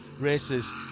races